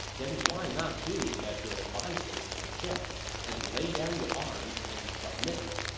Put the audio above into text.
then why not do as your advisers suggest and lay down your arms and submit?